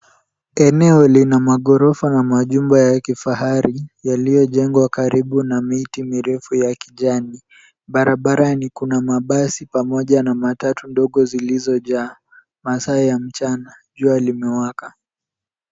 Eneo lina maghorofa na majumba ya kifahari, yaliyojengwa karibu na miti mirefu ya kijani. Barabarani kuna mabasi pamoja na matatu ndogo zilizo jaa masaa ya mchana jua limewaka.